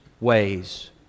ways